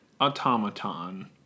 automaton